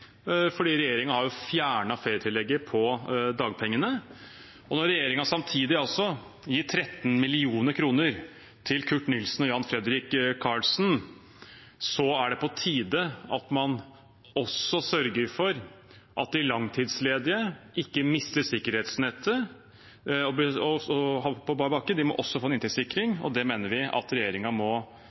fordi regjeringen jo har fjernet ferietillegget på dagpengene. Og når regjeringen samtidig gir 13 mill. kr til Kurt Nilsen og Jan Fredrik Karlsen, er det på tide at man også sørger for at de langtidsledige ikke mister sikkerhetsnettet og havner på bar bakke. De må også få en inntektssikring. Det mener vi at regjeringen må